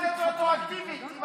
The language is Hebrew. אבל מה זה משנה לתת רטרואקטיבית?